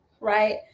right